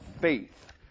faith